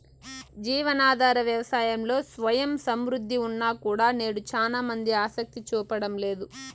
జీవనాధార వ్యవసాయంలో స్వయం సమృద్ధి ఉన్నా కూడా నేడు చానా మంది ఆసక్తి చూపడం లేదు